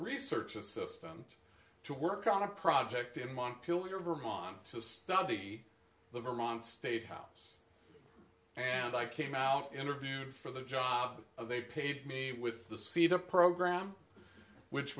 research assistant to work on a project in montpelier vermont to study the vermont statehouse and i came out interviewed for the job they paid me with the seat a program which